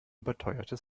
überteuerte